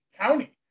county